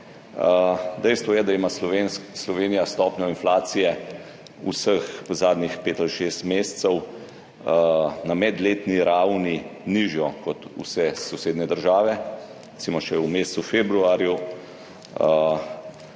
Dejstvo je, da ima Slovenija stopnjo inflacije vseh zadnjih pet ali šest mesecev na medletni ravni nižjo kot vse sosednje države, recimo, še v mesecu februarju